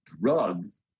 drugs